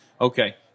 okay